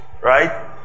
right